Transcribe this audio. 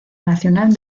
nacional